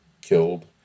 killed